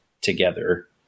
together